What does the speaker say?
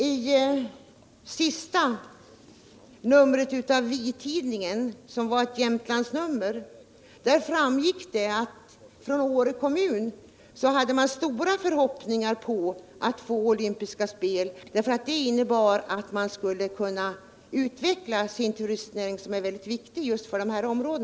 I det senaste numret av tidningen Vi — ett Jämtlandsnummer framgick att Åre kommun hade stora förhoppningar om att få anordna olympiska vinterspel. Det skulle innebära att man kunde utveckla turistnäringen, som är viktig för detta område.